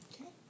Okay